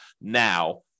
now